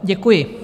Děkuji.